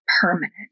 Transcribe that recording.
permanent